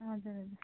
हजुर हजुर